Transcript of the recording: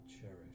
Cherish